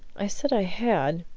i said i had,